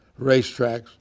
racetracks